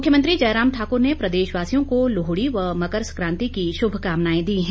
मुख्यमंत्री जयराम ठाकुर ने प्रदेशवासियों को लोहड़ी व मकर सक्रांति की शुभकामनाएं दी हैं